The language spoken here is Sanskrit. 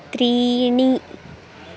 त्रीणि